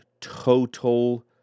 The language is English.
total